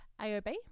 AOB